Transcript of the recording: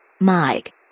Mike